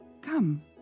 Come